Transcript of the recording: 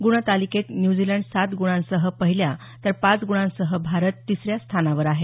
गुणतालिकेत न्युझीलंड सात गुणांसह पहिल्या तर पाच गुणांसह भारत तिसऱ्या स्थानावर आहे